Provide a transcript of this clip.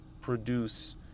produce